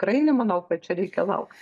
tikrai nemanau kad čia reikia laukt